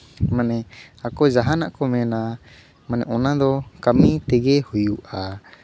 ᱢᱟᱱᱮ ᱟᱠᱚ ᱡᱟᱦᱟᱱᱟᱜ ᱠᱚ ᱢᱮᱱᱟ ᱢᱟᱱᱮ ᱚᱱᱟᱫᱚ ᱠᱟᱹᱢᱤ ᱛᱮᱜᱮ ᱦᱩᱭᱩᱜᱼᱟ